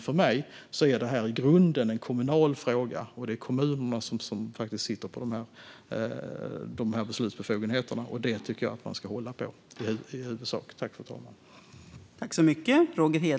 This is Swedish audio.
För mig är det här i grunden en kommunal fråga, och det är kommunerna som sitter på beslutsbefogenheterna. Det tycker jag att man i huvudsak ska hålla på.